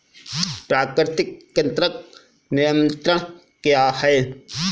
प्राकृतिक कृंतक नियंत्रण क्या है?